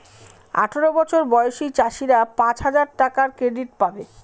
আঠারো বছর বয়সী চাষীরা পাঁচ হাজার টাকার ক্রেডিট পাবে